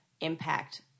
impact